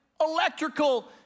electrical